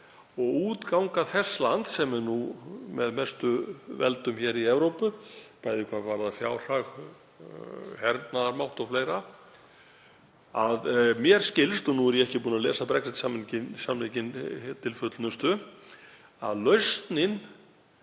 og útganga þess lands, sem er nú með mestu veldum í Evrópu, bæði hvað varðar fjárhag, hernaðarmátt o.fl. Mér skilst, og nú er ég ekki búinn að lesa Brexit-samninginn til fullnustu, að lausnin